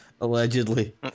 Allegedly